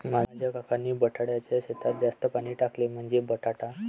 माझ्या काकांनी बटाट्याच्या शेतात जास्त पाणी टाकले, म्हणजे बटाटा